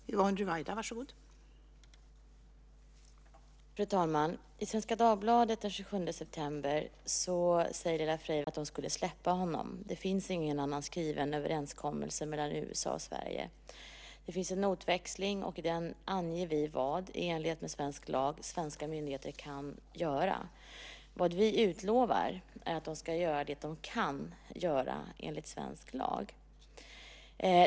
Fru talman! I Svenska Dagbladet den 27 september säger Laila Freivalds på frågan om UD inte har gett USA några garantier för att släppa Mehdi Ghezali fri: "Den enda överenskommelse vi har haft är att de skulle släppa honom. Det finns ingen annan skriven överenskommelse mellan USA och Sverige. Det finns en notväxling och i den anger vi vad, i enlighet med svensk lag, svenska myndigheter kan göra. Vad vi utlovar är att de ska göra det de kan göra enligt svensk lag."